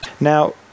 Now